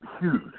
huge